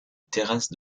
terrasse